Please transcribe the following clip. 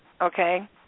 okay